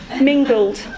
mingled